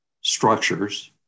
structures